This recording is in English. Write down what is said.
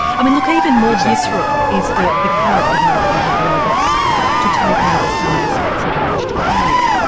i mean look even more visceral is the the current development of robots to take over some aspects of aged care.